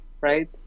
right